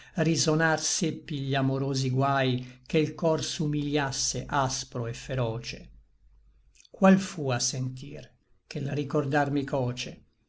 risonar seppi gli amorosi guai che l cor s'umilïasse aspro et feroce qual fu a sentir ché l ricordar mi coce